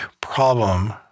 problem